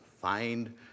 Find